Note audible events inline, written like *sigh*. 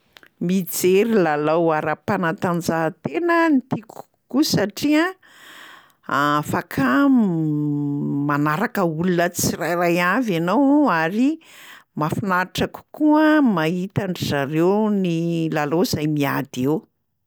Mijery lalao ara-panatanjahantena no tiako kokoa satria afaka *hesitation* manaraka olona tsirairay avy ianao ary mahafinaritra kokoa mahita an-dry zareo ny lalao zay miady eo.